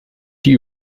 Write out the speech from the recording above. die